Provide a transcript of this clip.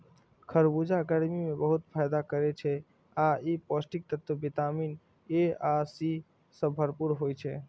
खरबूजा गर्मी मे बहुत फायदा करै छै आ ई पौष्टिक तत्व विटामिन ए आ सी सं भरपूर होइ छै